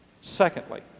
Secondly